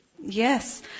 Yes